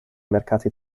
mercato